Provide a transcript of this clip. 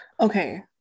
Okay